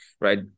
right